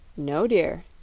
no dear,